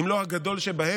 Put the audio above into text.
אם לא כמעט הגדול בהם,